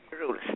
rules